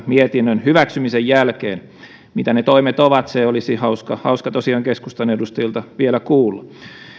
mietinnön hyväksymisen jälkeen mitä ne toimet ovat se olisi hauska hauska tosiaan keskustan edustajilta vielä kuulla